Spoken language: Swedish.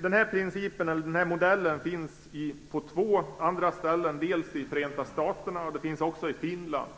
Den här principen, eller modellen, finns på två andra ställen, dels i Förenta staterna, dels i Finland.